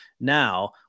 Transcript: now